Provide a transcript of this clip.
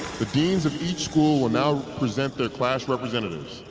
the deans of each school will now present their class representatives.